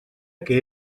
que